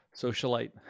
socialite